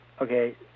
Okay